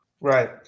right